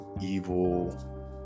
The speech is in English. evil